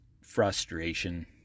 frustration